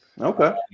Okay